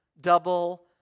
double